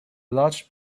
large